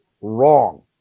wrong